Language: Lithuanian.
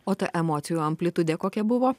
o ta emocijų amplitudė kokia buvo